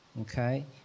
okay